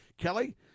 Kelly